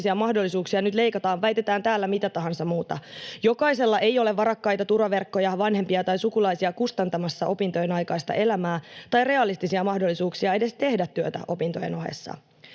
mahdollisuuksia nyt leikataan, väitetään täällä mitä tahansa muuta. Jokaisella ei ole varakkaita turvaverkkoja, vanhempia tai sukulaisia kustantamassa opintojen aikaista elämää tai realistisia mahdollisuuksia edes tehdä työtä opintojen ohessa.